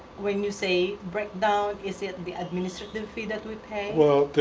when you say breakdown, is it the administrative fee that we pay? well,